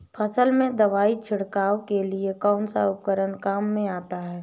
फसल में दवाई छिड़काव के लिए कौनसा उपकरण काम में आता है?